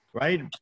right